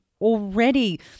already